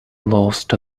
lost